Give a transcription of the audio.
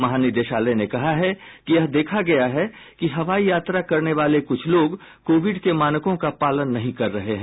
महानिदेशालय ने कहा है कि यह देखा गया है कि हवाई यात्रा करने वाले कुछ लोग कोविड के मानकों का पालन नहीं कर रहे हैं